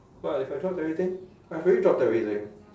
what if I dropped everything I've already dropped everything